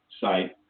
site